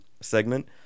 segment